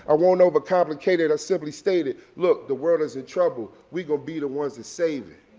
ah won't overcomplicate it. i simply state it. look, the world is in trouble. we going to be the ones that save it.